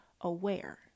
aware